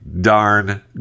darn